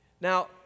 Now